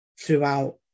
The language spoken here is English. throughout